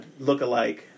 lookalike